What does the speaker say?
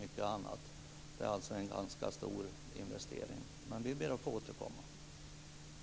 Det är alltså en ganska stor investering, men vi ber att få återkomma om detta.